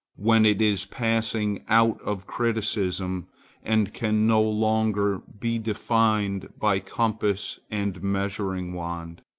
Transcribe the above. when it is passing out of criticism and can no longer be defined by compass and measuring-wand,